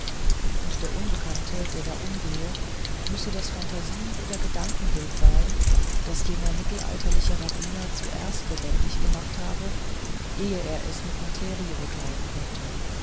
und der unbekannte der da umgehe müsse das phantasie oder gedankenbild sein das jener mittelalterliche rabbiner zuerst lebendig gedacht habe ehe er es mit materie bekleiden konnte